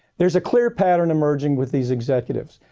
there's a clear pattern emerging with these executives.